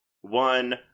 one